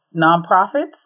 nonprofits